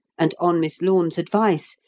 and, on miss lorne's advice,